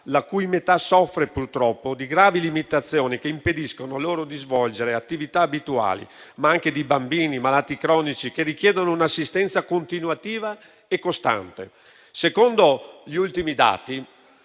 la cui metà soffre purtroppo di gravi limitazioni che impediscono loro di svolgere attività abituali, ma anche di bambini e malati cronici che richiedono un'assistenza continuativa e costante. Secondo gli ultimi dati